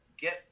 get